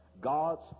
God's